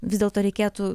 vis dėlto reikėtų